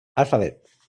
alphabet